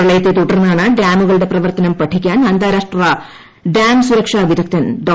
പ്രളയത്തെ തുടർന്നാണ് ഡാമുകളുടെ പ്രവർത്തനം പഠിക്കാൻ അന്താരാഷ്ട്ര ഡാം സുരക്ഷാ വിദഗ്ധൻ ഡോ